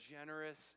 generous